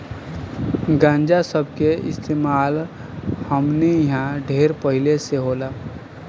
गांजा सब के इस्तेमाल हमनी इन्हा ढेर पहिले से होला